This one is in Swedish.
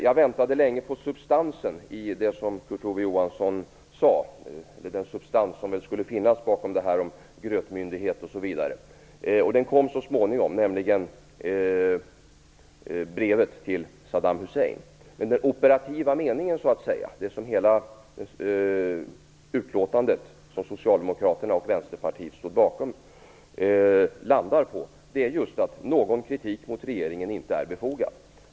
Jag väntade länge på substansen i det som Kurt Ove Johansson sade om grötmyndighet osv., och den kom så småningom fram i samband med brevet till Saddam Hussein. Den operativa meningen, det som hela utlåtandet från Socialdemokraterna och Vänsterpartiet landar på, är att någon kritik mot regeringen inte är befogad.